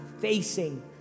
facing